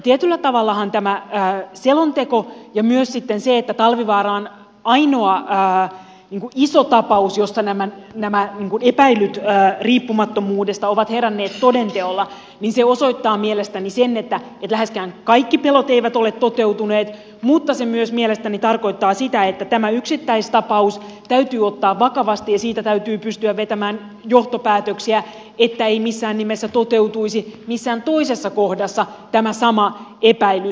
tietyllä tavallahan tämä selonteko ja myös sitten se että talvivaara on ainoa iso tapaus jossa nämä epäilyt riippumattomuudesta ovat heränneet toden teolla osoittavat mielestäni sen että läheskään kaikki pelot eivät ole toteutuneet mutta se myös mielestäni tarkoittaa sitä että tämä yksittäistapaus täytyy ottaa vakavasti ja siitä täytyy pystyä vetämään johtopäätöksiä että ei missään nimessä toteutuisi missään toisessa kohdassa tämä sama epäilys